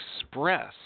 express